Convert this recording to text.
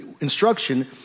instruction